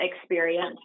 experience